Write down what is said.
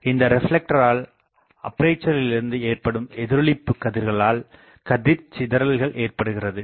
இந்த ரிப்லெக்டரால் அப்பேசரிலிருந்து ஏற்படும் எதிரொளிப்பு கதிர்களால் கதிர்சிதறல்கள் ஏற்படுகிறது